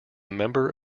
member